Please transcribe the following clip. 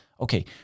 okay